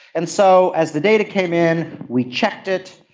and so as the data came in we checked it,